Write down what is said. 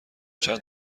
چند